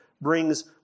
brings